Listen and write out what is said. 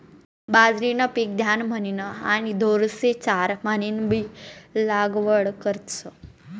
बाजरीनं पीक धान्य म्हनीन आणि ढोरेस्ले चारा म्हनीनबी लागवड करतस